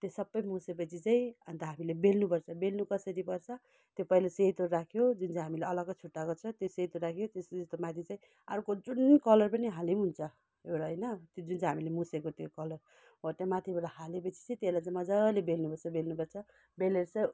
त्यो सबै मुसे पछि चाहिँ अन्त हामीले बेल्नु पर्छ बेल्नु कसरी पर्छ त्यो पहिला सेतो राख्यो जुन चाहिँ हामीले अलग्गै छुट्याएको छ त्यो सेतो राख्यो त्यो त्यसको माथि चाहिँ अर्को जुन कलर पनि हाले हुन्छ एउटा होइन त्यो जुन चाहिँ हामीले मुसेको त्यो कलर हो त्यहाँ माथिबाट हाले पछि चाहिँ त्यसलाई चाहिँ मजाले बेल्नु पर्छ बेल्नु पर्छ बेलेर चाहिँ